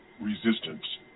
resistance